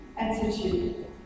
attitude